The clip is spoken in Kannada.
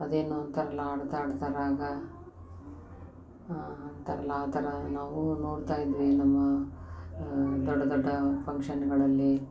ಅದೇನೋ ಅಂತಾರಲ್ಲ ಹಾಡ್ತಾ ಹಾಡ್ತಾ ರಾಗ ಹಾಂ ಅಂತಾರಲ್ಲ ಆ ಥರ ನಾವು ನೋಡ್ತಾಯಿದ್ವಿ ನಮ್ಮ ದೊಡ್ಡ ದೊಡ್ಡ ಫಂಕ್ಷನ್ಗಳಲ್ಲಿ